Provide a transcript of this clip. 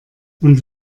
und